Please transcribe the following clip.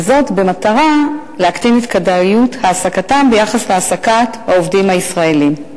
במטרה להקטין את כדאיות העסקתם ביחס להעסקת העובדים הישראלים.